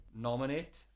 Nominate